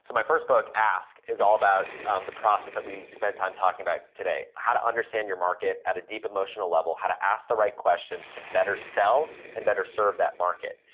so my first book, ask, is all about the process that we spend time talking about today, how to understand your market at a deep emotional level, how to ask the right questions to better sell, and better serve that market.